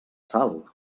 sal